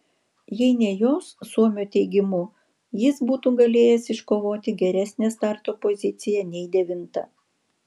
jei ne jos suomio teigimu jis būtų galėjęs iškovoti geresnę starto poziciją nei devinta